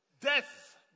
death